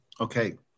Okay